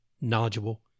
knowledgeable